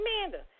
Amanda